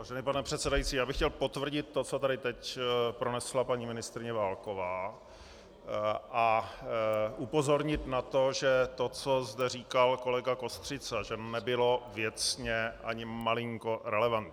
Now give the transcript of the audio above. Vážený pane předsedající, já bych chtěl potvrdit to, co tady teď pronesla paní ministryně Válková, a upozornit na to, co zde říkal kolega Kostřica, že nebylo věcně ani malinko relevantní.